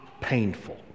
painful